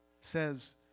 says